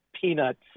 peanuts